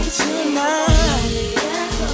tonight